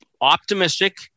optimistic